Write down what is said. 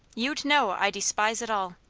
you'd know i despise it all.